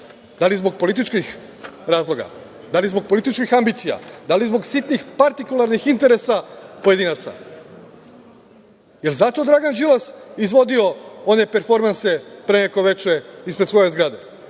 Da li zbog političkih razloga, da li zbog političkih ambicija, da li zbog sitnih partikularnih interesa pojedinaca? Da li je zato Dragan Đilas izvodio one performanse pre neko veče ispred svoje zgrade?